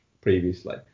previously